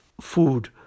food